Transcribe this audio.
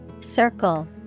Circle